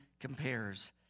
compares